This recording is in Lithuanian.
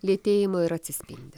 lėtėjimo ir atsispindi